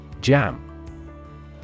Jam